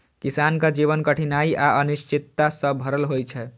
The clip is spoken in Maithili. किसानक जीवन कठिनाइ आ अनिश्चितता सं भरल होइ छै